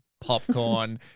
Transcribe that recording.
popcorn